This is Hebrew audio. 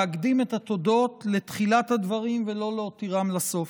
להקדים את התודות לתחילת הדברים ולא להותירם לסוף.